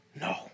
No